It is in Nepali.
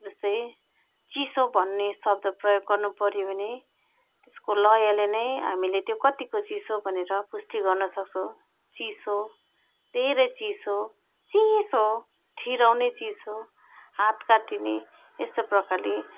जस्तै चिसो भन्ने शब्द प्रयोग गर्नु पऱ्यो भने त्यसको लयले नै हामीले त्यो कतिको चिसो भनेर पुष्टि गर्नु सक्छौँ चिसो धेरै चिसो चिसो ठिहिराउने चिसो हात काटिने यस्तो प्रकारले